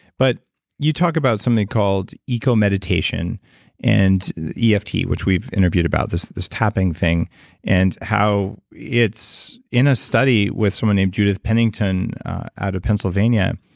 but you talk about something called eco meditation and yeah eft, which we've interviewed about, this this tapping thing and how it's in a study with someone named judy pennington out of pennsylvania.